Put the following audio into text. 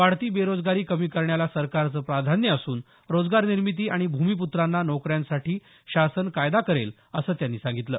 वाढती बेरोजगारी कमी करण्याला सरकारचं प्राधान्य असून रोजगारनिर्मिती आणि भूमिपुत्रांना नोकऱ्यांसाठी शासन कायदा करेल असं त्यांनी सांगितलं